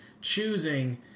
choosing